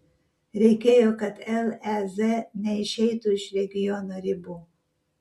reikėjo kad lez neišeitų iš regiono ribų